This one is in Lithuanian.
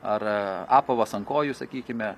ar apavas ant kojų sakykime